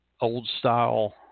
old-style